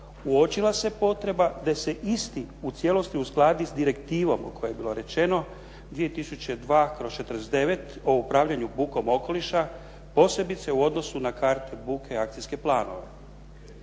uočila se potreba da se isti u cijelosti uskladi s direktivom o kojoj je bilo rečeno 2002/49 o upravljanju bukom okoliša posebice u odnosu na karte buke i akcijske planove.